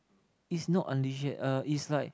it's not unleashed yet uh it's like